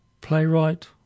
playwright